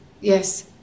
yes